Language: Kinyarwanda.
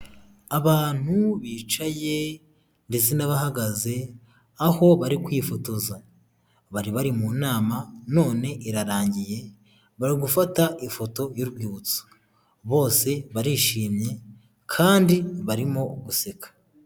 Abantu bicaye ndetse n'abahagaze, aho bari kwifotoza. Bari bari mu nama none irarangiye, bari gufata ifoto y'urwibutso. Bose barishimye kandi barimo guseka.